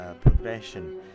progression